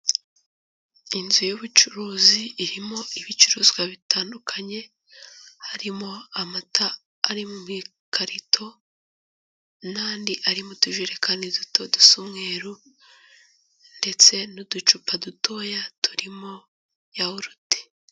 Inzu y'ubucuruzi irimo ibicuruzwa bitandukanye harimo amata ari mu bikarito n'andi ari mu tujerekani duto dusa umweru ndetse n'uducupa dutoya turimo yawurute.